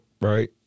right